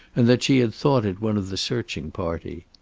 and that she had thought it one of the searching party.